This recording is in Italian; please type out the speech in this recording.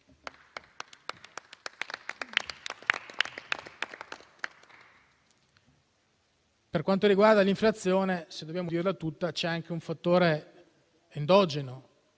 Per quanto riguarda l'inflazione, se dobbiamo dirla tutta, c'è anche un fattore endogeno,